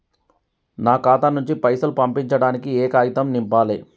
నా ఖాతా నుంచి పైసలు పంపించడానికి ఏ కాగితం నింపాలే?